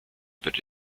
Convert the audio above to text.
but